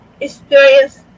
experience